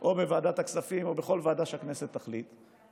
או בוועדת הכספים או בכל ועדה שהכנסת תחליט,